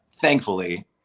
thankfully